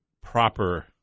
proper